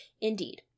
Indeed